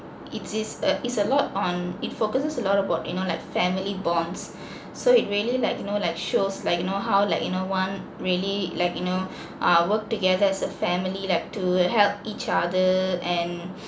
it is it's a lot on it focuses a lot about you know like family bonds so it really like you know like shows like you know how like you know one really like you know err work together as a family like to help each other and